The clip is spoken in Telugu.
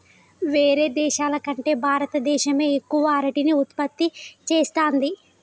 వేరే దేశాల కంటే భారత దేశమే ఎక్కువ అరటిని ఉత్పత్తి చేస్తంది